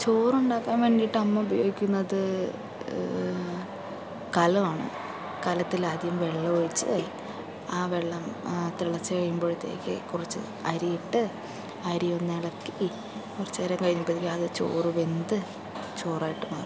ചോറുണ്ടാക്കാൻ വേണ്ടിയിട്ട് അമ്മ ഉപയോഗിക്കുന്നത് കലം ആണ് കലത്തിലാദ്യം വെള്ളമൊഴിച്ച് ആ വെള്ളം തിളച്ച് കഴിയുമ്പോഴത്തേക്ക് കുറച്ച് അരി ഇട്ട് അരിയൊന്നിളക്കി കുറച്ച് നേരം കഴിഞ്ഞപ്പോഴത്തേക്ക് ചോറ് വെന്ത് ചോറായിട്ട് മാറും